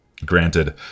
Granted